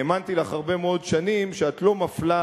האמנתי לך הרבה מאוד שנים שאת לא מפלה,